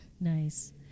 nice